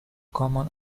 common